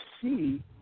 see